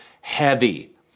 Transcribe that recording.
heavy